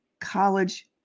college